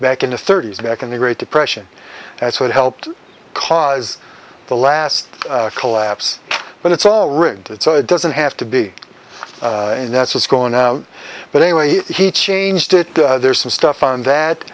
back in the thirty's back in the great depression that's what helped cause the last collapse but it's all rigged it so it doesn't have to be and that's what's going out but anyway he changed it there's some stuff on that